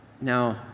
Now